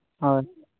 ᱦᱳᱭ